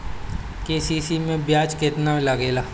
KCC मै ब्याज केतनि लागेला?